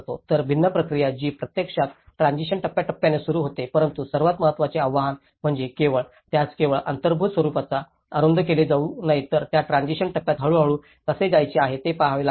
तर भिन्न प्रक्रिया जी प्रत्यक्षात ट्रान्सिशन टप्प्याटप्प्याने सुरू होते परंतु सर्वात महत्त्वाचे आव्हान म्हणजे केवळ त्यास केवळ अंगभूत स्वरूपात अरुंद केले जाऊ नये तर या ट्रान्सिशन टप्प्यात हळूहळू कसे जायचे आहे ते पहावे लागेल